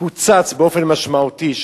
זה קוצץ באופן משמעותי,